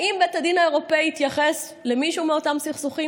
האם בית הדין האירופי התייחס למי מאותם סכסוכים?